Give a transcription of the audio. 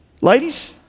Ladies